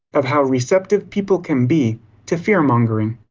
of how receptive people can be to fearmongering.